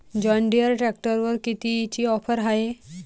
John Deere ट्रॅक्टरवर कितीची offer हाये?